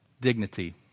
dignity